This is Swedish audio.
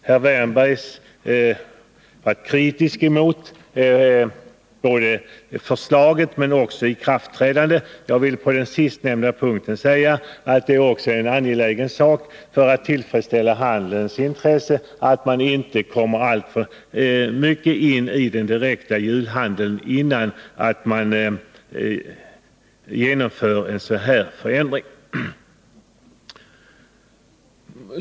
Herr Wärnberg var kritisk både mot förslaget som sådant och mot tidpunkten för ikraftträdandet. Men det är enligt min mening angeläget med denna tidpunkt för ikraftträdandet. Det är nämligen inte bra om förändringen inträffar mitt uppe i julhandeln.